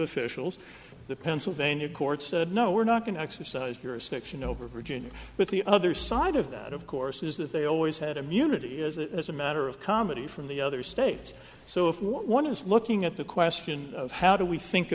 officials the pennsylvania courts said no we're not going to exercise your section over virginia but the other side of that of course is that they always had immunity is as a matter of comedy from the other states so if one is looking at the question of how do we think